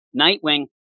Nightwing